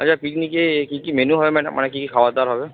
আচ্ছা পিকনিকে কী কী মেনু হবে ম্যাডাম মানে কী কী খাবার দাবার হবে